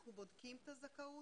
אנחנו בודקים את הזכאות.